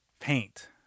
paint